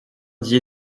dié